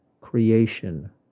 creation